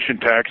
tax